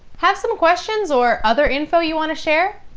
have some questions or other info you want to share?